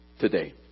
today